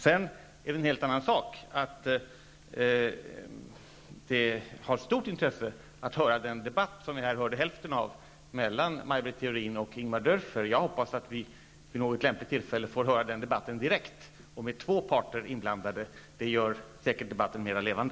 Sedan är det en helt annan sak att det har stort intresse att höra den debatt som vi här hörde hälften av mellan Maj Britt Theorin och Ingemar Dörfer. Jag hoppas att vi vid något lämpligt tillfälle får höra den debatten direkt och med två parter inblandade. Det gör säkert debatten mer levande.